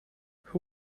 who